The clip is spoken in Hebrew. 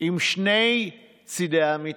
עם שני צידי המתרס,